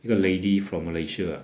一个 lady from malaysia ah